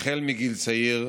החל מגיל צעיר,